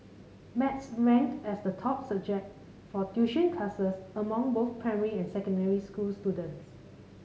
maths ranked as the top subject for tuition classes among both primary and secondary school students